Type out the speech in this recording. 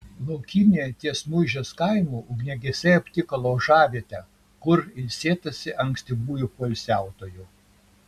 laukymėje ties muižės kaimu ugniagesiai aptiko laužavietę kur ilsėtasi ankstyvųjų poilsiautojų